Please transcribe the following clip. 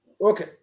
Okay